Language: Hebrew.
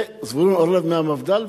וזבולון אורלב מהמפד"ל,